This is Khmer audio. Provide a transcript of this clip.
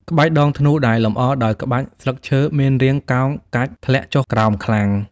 ក្បាច់ដងធ្នូដែលលម្អ ដោយក្បាច់ស្លឹកឈើមានរាងកោងកាច់ធ្លាក់ចុះក្រោមខ្លាំង។